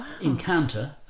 encounter